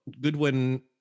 Goodwin